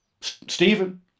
Stephen